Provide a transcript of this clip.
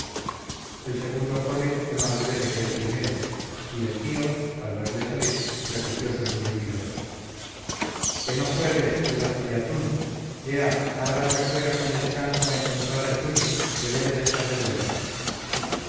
el segundo cole fue más breve que el primero y el tío al verle salir repitió sus gruñidos que no juegues pedazo de atún ea lárgate afuera con descanso a encontrar a churi que debe de estar de vuelta